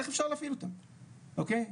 אוקיי?